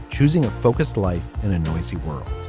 choosing a focused life in a noisy world.